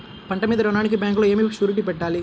పంట మీద రుణానికి బ్యాంకులో ఏమి షూరిటీ పెట్టాలి?